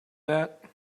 that